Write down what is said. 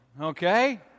okay